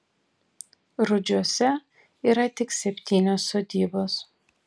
rudžiuose yra tik septynios sodybos